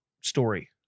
story